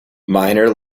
minor